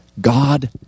God